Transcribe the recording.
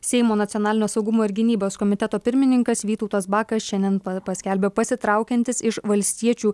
seimo nacionalinio saugumo ir gynybos komiteto pirmininkas vytautas bakas šiandien paskelbė pasitraukiantis iš valstiečių